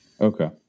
Okay